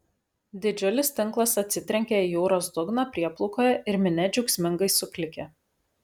didžiulis tinklas atsitrenkia į jūros dugną prieplaukoje ir minia džiaugsmingai suklykia